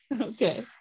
okay